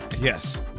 Yes